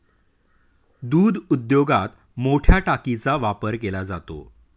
दूध उद्योगात मोठया टाकीचा वापर केला जातो